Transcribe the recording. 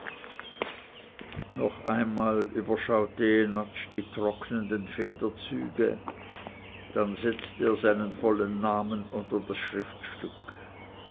noch einmal überschaute jenatsch die trocknenden federzüge dann setzte er seinen vollen namen unter das schriftstück